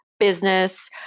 Business